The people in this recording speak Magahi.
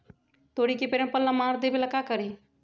तोड़ी के पेड़ में पल्ला मार देबे ले का करी?